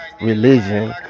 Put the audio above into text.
religion